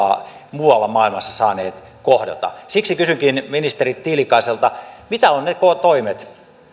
muualla maailmassa saaneet kohdata siksi kysynkin ministeri tiilikaiselta mitä ovat ne toimet